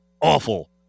awful